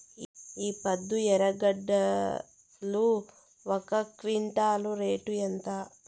ఈపొద్దు ఎర్రగడ్డలు ఒక క్వింటాలు రేటు ఎంత?